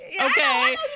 Okay